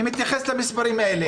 אני מתייחס למספרים האלה.